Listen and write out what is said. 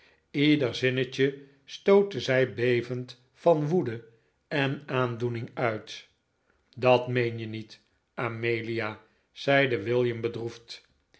leder zinnetje stootte zij bevend van woede en aandoening uit dat meen je niet amelia zeide william bedroefd